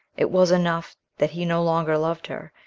it was enough that he no longer loved her,